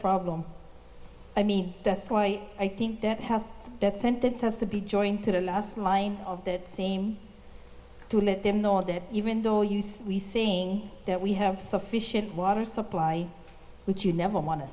problem i mean that's why i think that house that sent that stuff to be joining to the last line of that same to let them know that even though you see we saying that we have sufficient water supply which you never want to